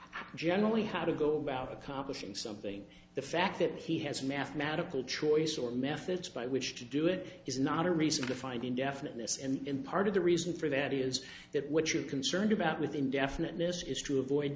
art generally how to go about accomplishing something the fact that he has mathematical choice or methods by which to do it is not a reason to find indefiniteness and part of the reason for that is that what you're concerned about with indefiniteness is to avoid